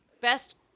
Best